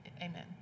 Amen